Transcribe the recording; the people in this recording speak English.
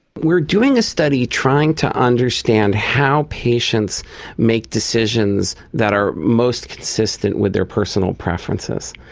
we're doing a study trying to understand how patients make decisions that are most consistent with their personal preferences.